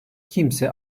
kimse